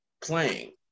playing